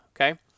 okay